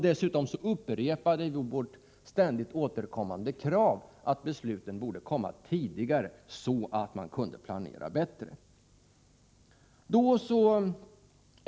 Dessutom upprepade vi vårt ständigt återkommande krav att besluten borde komma tidigare så att man kunde planera bättre.